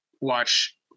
watch